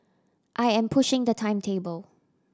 I am pushing the timetable